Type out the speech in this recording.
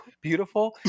beautiful